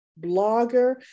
blogger